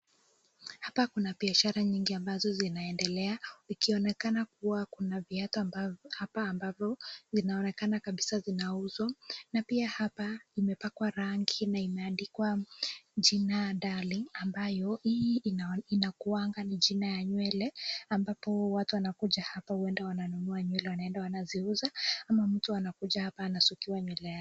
Hapa kuna biashara nyingi ambazo zinaendelea. Ikionekana kuwa kuna viatu ambavyo inaonekana kabisa vinauzwa, na pia hapa imepakwa rangi na imeandikwa jina [darling] ambayo hii inakuwanga ni jina ya nywele, ambapo watu wanakuja hapa uenda wananunua nyewele wanaenda kuziuza, ama mtu anakuja hapa anasukiwa nywele yake.